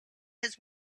his